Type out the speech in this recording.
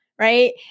Right